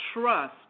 trust